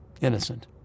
innocent